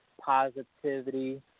positivity